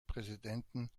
präsidenten